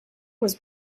was